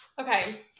Okay